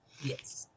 Yes